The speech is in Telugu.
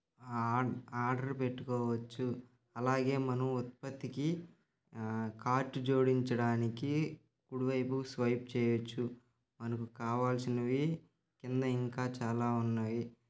ఆర్డర్ పెట్టుకోవచ్చు అలాగే మనము ఉత్పత్తికి కార్ట్ జోడించడానికి కుడివైపుకు స్వైప్ చేయవచ్చు మనకు కావాల్సినవి కింద ఇంకా చాలా ఉన్నాయి